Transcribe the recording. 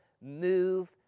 move